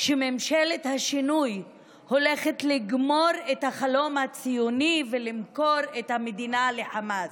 שממשלת השינוי הולכת לגמור את החלום הציוני ולמכור את המדינה לחמאס.